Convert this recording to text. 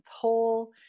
hole